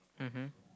mmhmm